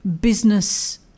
business